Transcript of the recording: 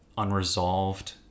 unresolved